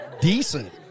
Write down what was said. decent